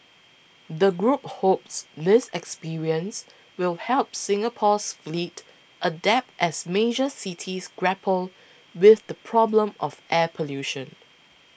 the group hopes this experience will help Singapore's fleet adapt as major cities grapple with the problem of air pollution